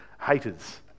haters